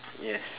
yes